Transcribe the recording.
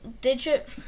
digit